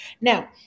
Now